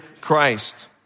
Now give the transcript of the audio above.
Christ